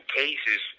cases